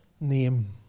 name